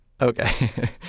Okay